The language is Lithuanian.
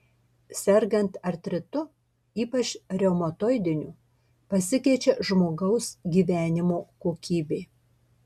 sergant artritu ypač reumatoidiniu pasikeičia žmogaus gyvenimo kokybė